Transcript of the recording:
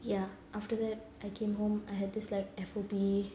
ya after that I came home I had this like F_O_P